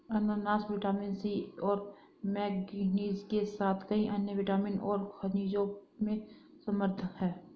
अनन्नास vitamin C और manganese के साथ कई अन्य विटामिन और खनिजों में समृद्ध हैं